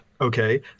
okay